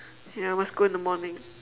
ya must go in the morning